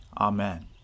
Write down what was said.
Amen